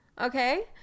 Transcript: Okay